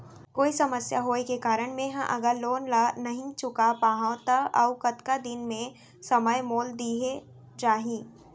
कोई समस्या होये के कारण मैं हा अगर लोन ला नही चुका पाहव त अऊ कतका दिन में समय मोल दीये जाही?